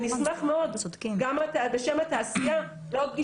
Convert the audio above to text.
נשמח מאוד גם בשם התעשייה, כדי